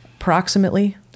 approximately